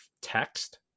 text